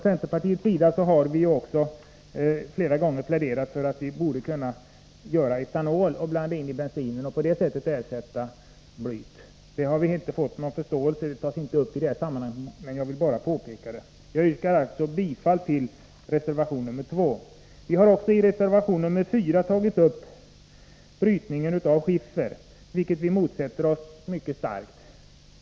Centerpartiet har också flera gånger pläderat för att vi skulle tillverka etanol och blanda den i bensinen och på det sättet ersätta blyet. Det har vi inte fått någon förståelse för och det behandlas inte heller i det här sammanhanget, men jag vill erinra om att vi drivit den frågan. Jag yrkar bifall till reservation nr 2. I reservation nr 4 har vi tagit upp brytningen av skiffer, vilket vi motsätter oss mycket starkt.